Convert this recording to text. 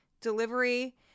delivery